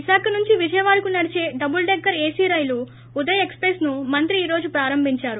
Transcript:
విశాఖ నుంచి విజయవాడకు నడిచే డబుల్ డెక్కర్ ఏసీ రైలు ఉదయ్ ఎక్స్ప్రెస్ ను మంత్రి ఈ రోజు ప్రారంభించారు